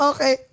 Okay